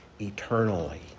eternally